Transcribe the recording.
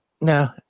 No